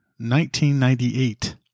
1998